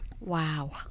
Wow